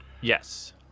Yes